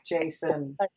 Jason